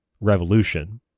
revolution